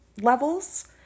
levels